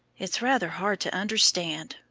it's rather hard to understand,